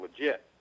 legit